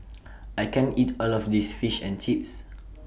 I can't eat All of This Fish and Chips